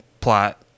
plot